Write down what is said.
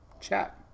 chat